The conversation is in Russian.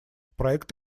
проект